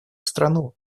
страну